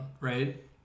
right